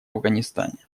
афганистане